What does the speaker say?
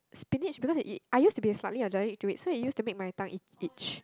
spinach because it is I used to be slightly allaergic to it so it used to make my tongue itchy